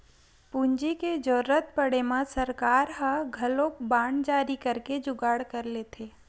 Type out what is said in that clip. पूंजी के जरुरत पड़े म सरकार ह घलोक बांड जारी करके जुगाड़ कर लेथे